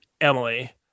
Emily